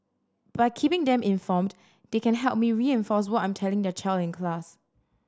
by keeping them informed they can help me reinforce what I'm telling their child in class